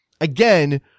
again